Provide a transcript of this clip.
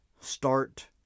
start